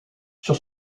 sur